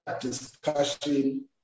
discussion